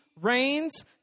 reigns